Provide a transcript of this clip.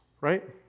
right